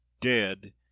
dead